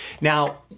Now